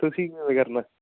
ਤੁਸੀਂ ਕਿਵੇਂ ਕਰਨਾ